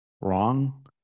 wrong